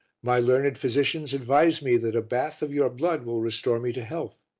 my learned physicians advise me that a bath of your blood will restore me to health.